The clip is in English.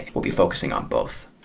we'll be focusing on both.